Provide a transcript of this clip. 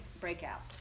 breakout